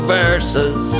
verses